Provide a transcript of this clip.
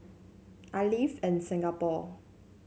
I live in Singapore